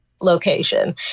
location